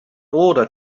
order